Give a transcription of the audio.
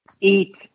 eat